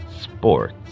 Sports